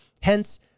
Hence